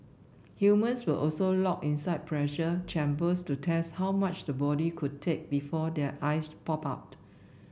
humans were also locked inside pressure chambers to test how much the body could take before their eyes popped out